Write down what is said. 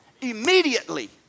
Immediately